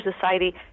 Society